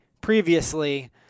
previously